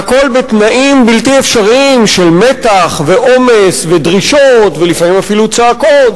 והכול בתנאים בלתי אפשריים של מתח ועומס ודרישות ולפעמים אפילו צעקות,